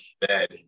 bed